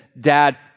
dad